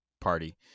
party